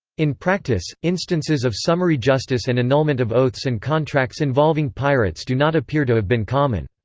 in practice, instances of summary justice and annulment of oaths and contracts involving pirates do not appear to have been common.